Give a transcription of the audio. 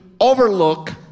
overlook